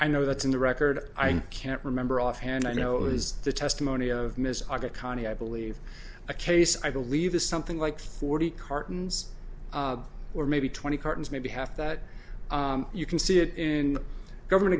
i know that's in the record i can't remember offhand i know it was the testimony of ms i got konnie i believe a case i believe is something like forty cartons or maybe twenty cartons maybe half that you can see it in the government